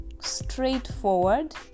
straightforward